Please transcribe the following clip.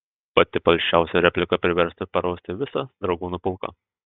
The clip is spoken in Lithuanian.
pati palšiausia replika priverstų parausti visą dragūnų pulką